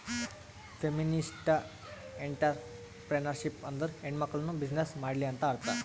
feminist entrepreneurship ಅಂದುರ್ ಹೆಣ್ಮಕುಳ್ನೂ business ಮಾಡ್ಲಿ ಅಂತ್ ಅರ್ಥಾ